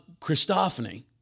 Christophany